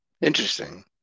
Interesting